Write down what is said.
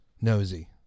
Nosy